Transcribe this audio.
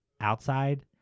outside